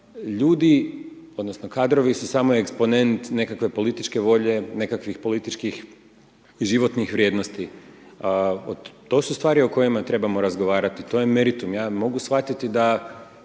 ljudi, odnosno kadrovi su samo eksponent nekakve političke volje, nekakvih političkih i životnih vrijednosti, to su stvari o kojima trebamo razgovarati, to je meritum, ja mogu shvatiti da